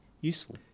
Useful